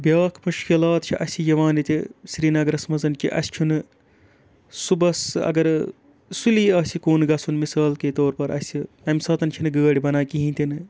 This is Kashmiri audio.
بیٛاکھ مُشکِلات چھِ اَسہِ یِوان ییٚتہِ سرنَگرَس منٛز کہِ اَسہِ چھُنہٕ صُبحس اگر سُلی آسہِ کُن گژھُن مِثال کے طور پَر اَسہِ اَمہِ ساتہٕ چھنہٕ گٲڑۍ بَنان کِہیٖنۍ تہِ نہٕ